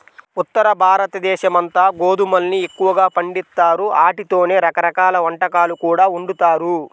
ఉత్తరభారతదేశమంతా గోధుమల్ని ఎక్కువగా పండిత్తారు, ఆటితోనే రకరకాల వంటకాలు కూడా వండుతారు